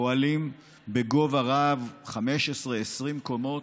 פועלים בגובה רב, 15, 20 קומות,